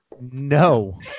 No